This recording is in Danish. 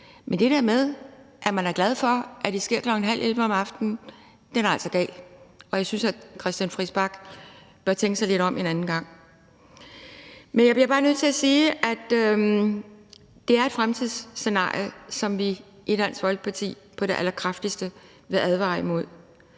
Men det der med, at man er glad for, at det sker kl. 22.30, er altså galt, og jeg synes, at hr. Christian Friis Bach bør tænke sig lidt om en anden gang. Men jeg bliver bare nødt til at sige, at det er et fremtidsscenarie, som vi i Dansk Folkeparti på det allerkraftigste vil advare imod.